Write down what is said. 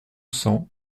cent